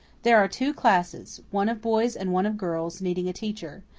there are two classes one of boys and one of girls needing a teacher.